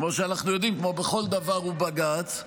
כמו שאנחנו יודעים, כמו בכל דבר, הוא בג"ץ.